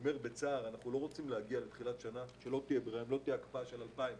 אם לא תהיה הקפאה של 2019